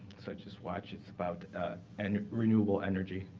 so just watch it's about and renewable energy.